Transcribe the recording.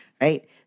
right